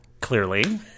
Clearly